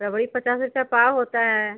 रबड़ी पचास रुपया पाव होता है